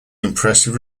impressive